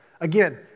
Again